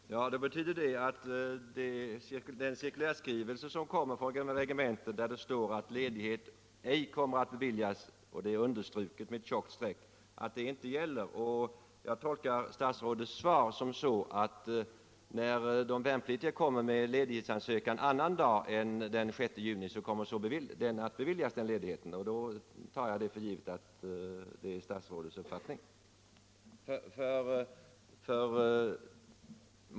Herr talman! Det betyder alltså att den cirkulärskrivelse från regementet, där det står att ledighet ej kommer att beviljas — detta är understruket med ett tjockt streck — inte gäller. Jag tolkar statsrådets svar så att värnpliktiga som i år lämnar in ledighetsansökan för annan dag än den 6 juni kommer att få ledighet. Jag tar alltså för givet att det är statsrådets uppfattning.